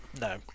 No